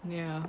ya